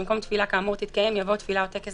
במקום "תפילה כאמור תתקיים" יבוא תפילה או טקס